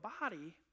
body